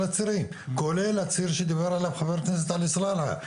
הצירים כולל הציר שדיבר עליו חבר הכנסת עלי סלאלחה,